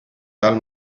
tal